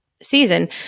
season